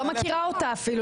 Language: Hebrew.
אני לא מכירה אותה אפילו,